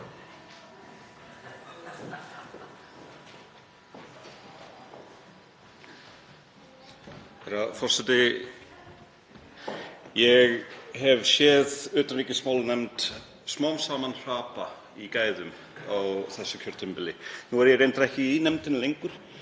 Herra forseti. Ég hef séð utanríkismálanefnd smám saman hrapa í gæðum á þessu kjörtímabili. Nú er ég reyndar ekki í nefndinni lengur